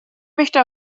möchte